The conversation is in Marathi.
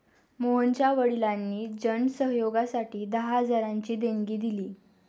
मोहनच्या वडिलांनी जन सहयोगासाठी दहा हजारांची देणगी दिली